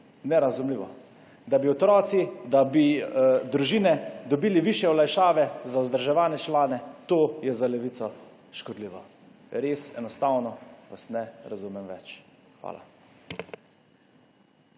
Nerazumljivo. Da bi družine dobile višje olajšave za vzdrževane člane, to je za Levico škodljivo. Res vas enostavno ne razumem več. Hvala.